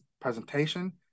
presentation